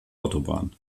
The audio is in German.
autobahn